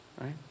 right